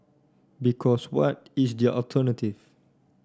because what is their alternative